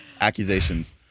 accusations